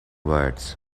words